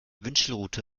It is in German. wünschelrute